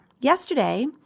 Yesterday